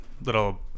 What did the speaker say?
little